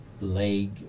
leg